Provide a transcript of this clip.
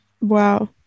wow